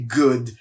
good